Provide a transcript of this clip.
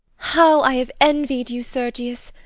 how i have envied you, sergius!